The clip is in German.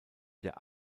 der